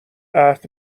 عهد